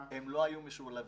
הם לא היו משולבים.